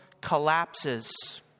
collapses